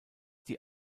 die